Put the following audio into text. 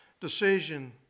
decision